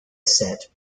set